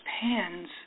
pan's